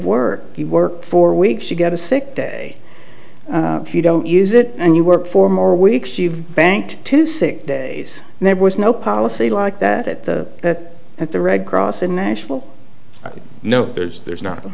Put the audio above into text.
were you work for weeks you get a sick day if you don't use it and you work for more weeks you've banked two sick days and there was no policy like that at the at the red cross international you know there's there's not